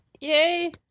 Yay